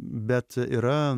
bet yra